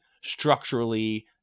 structurally